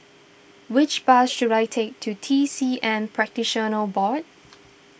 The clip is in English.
which bus should I take to T C M Practitioners Board